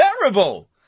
terrible